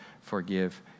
forgive